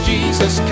Jesus